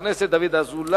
חבר הכנסת דוד אזולאי.